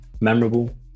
memorable